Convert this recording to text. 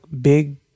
big